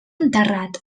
enterrat